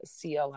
CLI